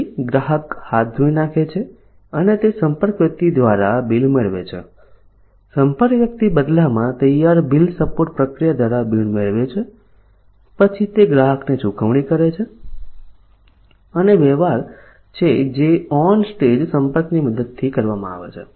પછી ગ્રાહક ધોઈ નાખે છે અને તે સંપર્ક વ્યક્તિ દ્વારા બિલ મેળવે છે સંપર્ક વ્યક્તિ બદલામાં તૈયાર બિલ સપોર્ટ પ્રક્રિયા દ્વારા બિલ મેળવે છે પછી તે ગ્રાહકને ચૂકવણી કરે છે અને એક વ્યવહાર છે જે ઓન સ્ટેજ સંપર્કની મદદથી કરવામાં આવે છે